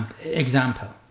example